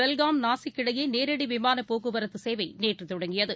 பெல்காம் நாசிக் இடையேநேரடிவிமானப் போக்குவரத்துசேவை நேற்றுதொடங்கியது